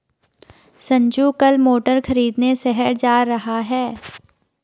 संजू कल मोटर खरीदने शहर जा रहा है